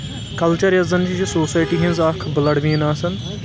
culture یۄس زَن یہِ چھِ سوسایٹی ہٕنٛز اکھ بٕلڈ وین آسان